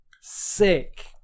sick